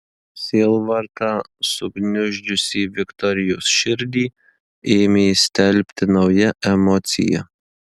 sielvartą sugniuždžiusį viktorijos širdį ėmė stelbti nauja emocija